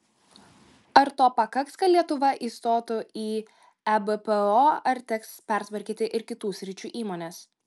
ar to pakaks kad lietuva įstotų į ebpo ar teks pertvarkyti ir kitų sričių įmones